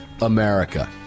America